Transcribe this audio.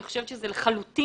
אני חושבת שזה לחלוטין,